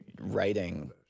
writing